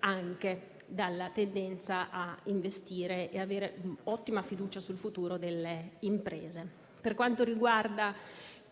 anche dalla tendenza a investire e ad avere ottima fiducia sul futuro delle imprese. Per quanto riguarda